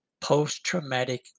post-traumatic